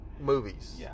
movies